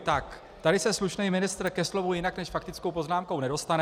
Tak, tady se slušný ministr ke slovu jinak než faktickou poznámkou nedostane.